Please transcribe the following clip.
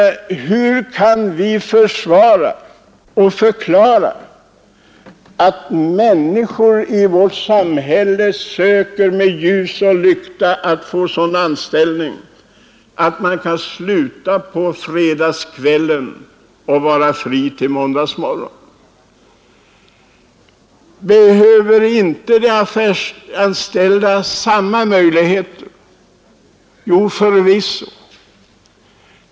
Hur kan vi försvara och förklara det förhållandet att människor i vårt land skall tvingas söka med ljus och lykta efter sådana anställningar där de kan sluta sitt arbete på fredagkvällen och vara lediga till måndag morgon? Behöver inte de affärsanställda samma möjligheter? Jo, förvisso.